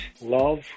love